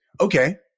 okay